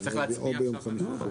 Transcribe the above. אפשר להצביע מבחינתי.